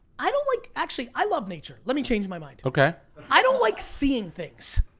i don't like, actually, i love nature. let me change my mind. okay. i don't like seeing things.